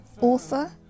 author